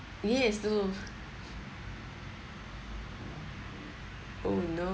yes no oh no